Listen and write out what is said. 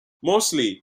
mostly